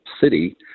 city